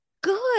good